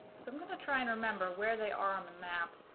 so i'm gonna try and remember where they are on the map.